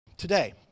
Today